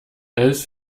elf